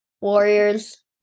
Warriors